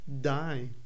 die